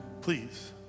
Please